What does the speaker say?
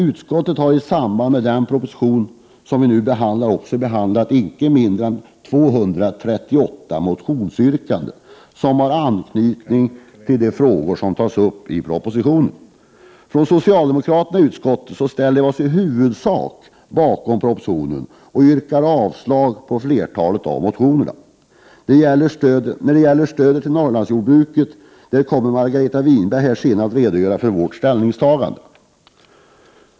Utskottet har i samband med den proposition som vi nu behandlar också behandlat icke mindre än 238 motionsyrkanden som har anknytning till de frågor som tas upp i propositionen. Vi socialdemokrater i utskottet ställer oss i huvudsak bakom propositionens förslag och yrkar avslag på flertalet motioner. När det gäller stödet till Norrlandsjordbruket kommer Margareta Winberg senare att redogöra för vårt ställningstagande.